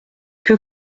que